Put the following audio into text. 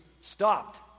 stopped